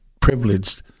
privileged